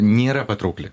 nėra patraukli